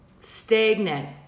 stagnant